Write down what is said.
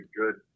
good